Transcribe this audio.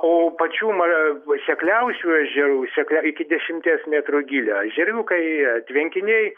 o pačių ma sekliausių ežerų seklia iki dešimties metrų gylio ežeriukai tvenkiniai